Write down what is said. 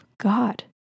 God